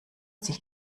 sich